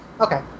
Okay